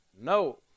no